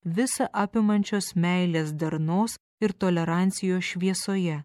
visa apimančios meilės darnos ir tolerancijos šviesoje